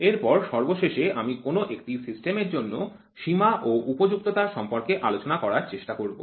এরপর সর্বশেষে আমি কোন একটি সিস্টেমের জন্য সীমা ও উপযুক্ততা সম্পর্কে আলোচনা করার চেষ্টা করব